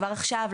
כבר עכשיו,